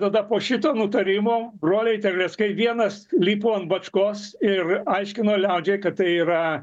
tada po šito nutarimo broliai terleckai vienas lipo ant bačkos ir aiškino liaudžiai kad tai yra